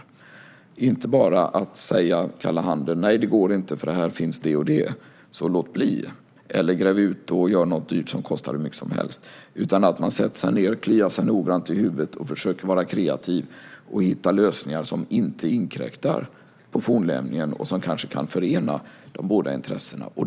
Det är då inte bara att ge kalla handen och säga: Nej, det går inte för här finns det och det, så låt bli - eller gräv ut och gör någonting som kostar hur mycket som helst. I stället kan man sätta sig ned, klia sig noggrant i huvudet och försöka vara kreativ och hitta lösningar som inte inkräktar på fornlämningen och som kanske kan förena de båda intressena.